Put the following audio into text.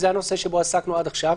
זה הנושא שבו עסקנו עד עכשיו.